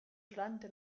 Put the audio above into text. durante